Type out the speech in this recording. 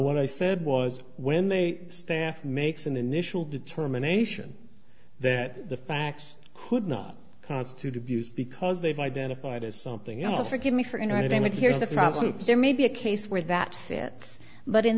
what i said was when they staff makes an initial determination that the facts who did not constitute abuse because they've identified as something of forgive me for interrupting but here's the problem there may be a case where that fits but in